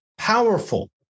powerful